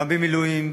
גם במילואים,